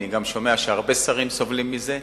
אני גם שומע שהרבה שרים סובלים מזה.